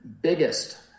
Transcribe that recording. biggest